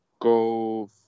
go